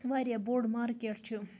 واریاہ بوٚڑ مارکیٹ چھُ